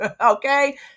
okay